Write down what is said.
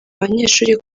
abanyeshuri